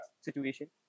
situation